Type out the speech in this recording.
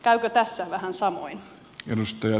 käykö tässä vähän samoin